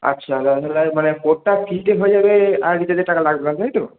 আচ্ছা মানে পোর্টটা ফ্রিতে হয়ে যাবে আর রিচার্জের টাকা লাগবে না তাই তো